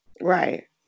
Right